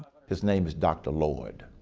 his name is dr. lord.